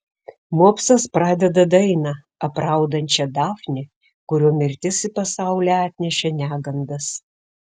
mopsas pradeda daina apraudančia dafnį kurio mirtis į pasaulį atnešė negandas